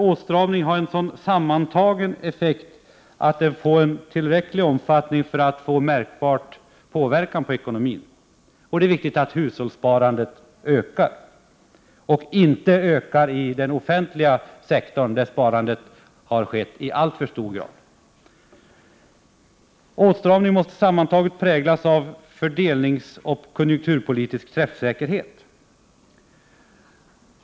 Åtstramningen måste sammantaget ha tillräcklig omfattning för att märkbart påverka ekonomin. — Det är viktigt att hushållssparandet ökar, men inte sparandet i den offentliga sektorn, där sparandet har skett i alltför hög grad. - Åtstramningen måste sammantaget präglas av en fördelningsoch konjunkturpolitisk träffsäkerhet.